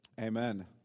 amen